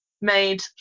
made